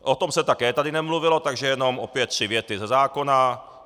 O tom se také tady nemluvilo, takže jenom opět tři věty ze zákona.